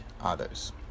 others